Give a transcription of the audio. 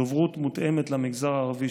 דוברות מותאמת למגזר הערבי,